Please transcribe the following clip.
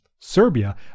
Serbia